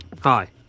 Hi